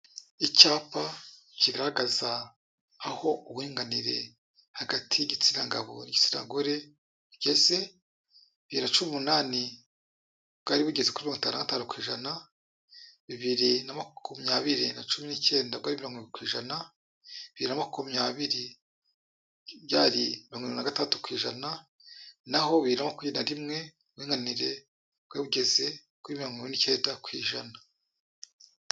Icyapa kigaragaza aho uburinganire hagati y'igitsina gabo n'igitsina gore bugeze, bibiri na cumi numunani bwari bugeze kuri mirongo itanu na gatanu ku ijana, bibiri nakumyabiri na cumi nicyenda bwari kuri mirongo irindwi kwijana, bibiri na makumyabiri bwari mirongo irindwi na gatandatu kwijana, naho bibiri namakumyabiri na rimwe bwari kuri mirongo irindwi nicyenda kwijana.